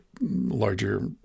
larger